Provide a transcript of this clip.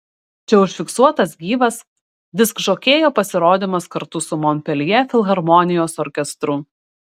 čia užfiksuotas gyvas diskžokėjo pasirodymas kartu su monpeljė filharmonijos orkestru